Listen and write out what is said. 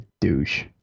douche